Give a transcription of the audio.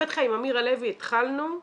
עם אמירה לוי התחלנו,